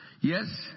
Yes